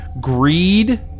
Greed